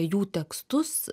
jų tekstus